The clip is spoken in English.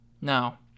Now